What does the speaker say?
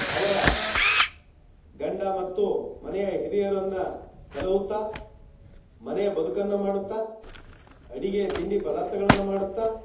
ಅವರ ಗಂಡ ಮತ್ತು ಮನೆಯ ಹಿರಿಯರನ್ನು ಸಲಹುತ್ತಾ ಮನೆಯ ಬದುಕನ್ನು ಮಾಡುತ್ತಾ ಅಡಿಗೆ ತಿಂಡಿ ಪದಾರ್ಥಗಳನ್ನು ಮಾಡುತ್ತಾ